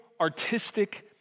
artistic